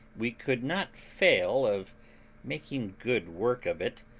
we could not fail of making good work of it,